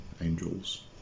angels